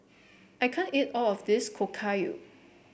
I can't eat all of this Okayu